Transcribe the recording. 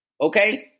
okay